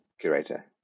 curator